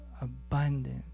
abundant